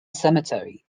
cemetery